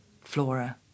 flora